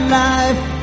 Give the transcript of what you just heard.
life